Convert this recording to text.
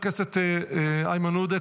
חבר הכנסת איימן עודה,